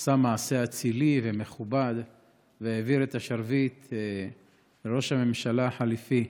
עשה מעשה אצילי ומכובד והעביר את השרביט לראש הממשלה החליפי.